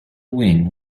wing